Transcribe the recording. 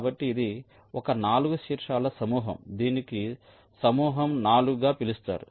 కాబట్టి ఇది ఒక 4 శీర్షాల సమూహం దీనిని సమూహం 4 గా పిలుస్తారు